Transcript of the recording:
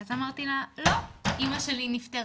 ואז אמרתי לה לא, אימא שלי נפטרה.